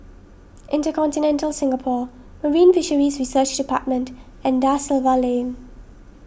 Intercontinental Singapore Marine Fisheries Research Department and Da Silva Lane